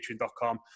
patreon.com